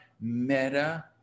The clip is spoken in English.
meta